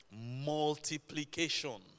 Multiplication